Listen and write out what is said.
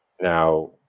now